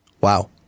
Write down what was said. Wow